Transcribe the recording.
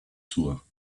tour